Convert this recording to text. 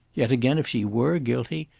yet again, if she were guilty,